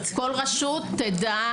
כל רשות תדע